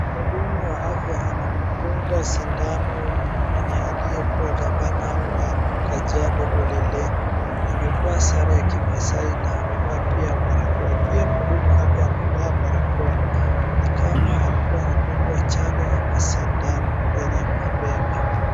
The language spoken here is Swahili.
Mhudumu wa afya anamdunga sindano mwenye aliyekuwa gavana wa Kajiado Olelenku. Amevaa sare ya ki Maasai na amevaa pia barakoa, pia mhudumu wa afya amevaa barakoa. Ni kama alikuwa anadungwa chanjo ama sindano kwenye mabega.